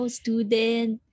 student